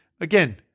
Again